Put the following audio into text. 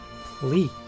please